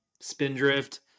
Spindrift